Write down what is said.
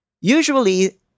usually